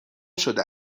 شده